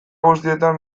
guztietan